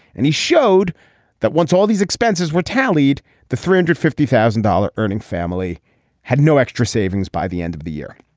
and he showed that once all these expenses were tallied the three hundred fifty thousand dollar earning family had no extra savings by the end of the year.